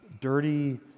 dirty